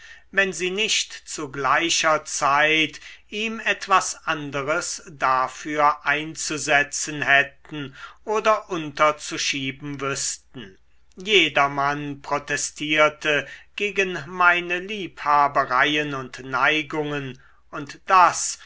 wenn sie nicht zu gleicher zeit ihm etwas anderes dafür einzusetzen hätten oder unterzuschieben wüßten jedermann protestierte gegen meine liebhabereien und neigungen und das